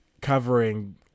covering